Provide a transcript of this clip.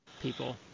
people